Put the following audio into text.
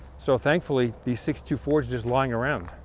so thankfully, these sixty two fords just lying around.